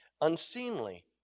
unseemly